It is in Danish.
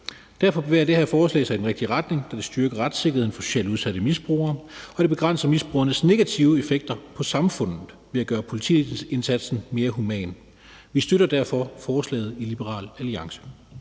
Derfor bevæger det her forslag sig i den rigtige retning, da det styrker retssikkerheden for socialt udsatte misbrugere og det begrænser misbrugernes negative effekter på samfundet ved at gøre politiindsatsen mere human. Vi støtter derfor forslaget i Liberal Alliance.